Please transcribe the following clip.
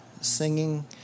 singing